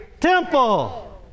temple